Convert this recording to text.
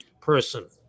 person